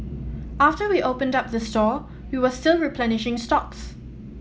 after we opened up the store we were still replenishing stocks